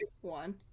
one